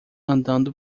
andando